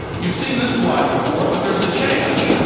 you've seen this slide before, but there's a change.